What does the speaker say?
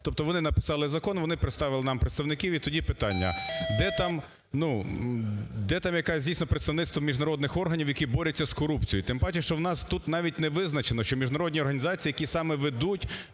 Тобто вони написали закон, вони представили представників. І тоді питання: де там, ну, якесь, дійсно, представництво міжнародних органів, які борються з корупцією, тим паче, що в нас тут навіть не визначено, що міжнародні організації, які саме ведуть,